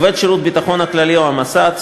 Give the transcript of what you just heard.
עובד שירות הביטחון הכללי או המוסד,